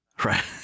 Right